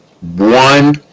one